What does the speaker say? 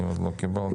אני עוד לא קיבלתי.